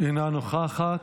אינה נוכחת,